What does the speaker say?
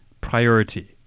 priority